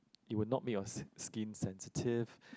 it will not make yours skin sensitive